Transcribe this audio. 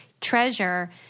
treasure